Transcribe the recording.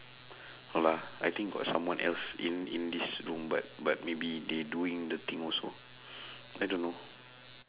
lah I think got someone else in in this room but but maybe they doing the thing also I don't know